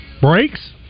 Brakes